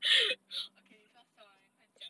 okay we fast zao eh 快讲